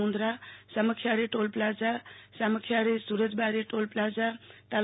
Mundra Samakhiyali toll plaza Samakhiyali Surajbari toll plaza તા